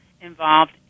involved